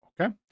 Okay